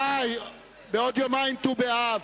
בעוד יומיים ט"ו באב,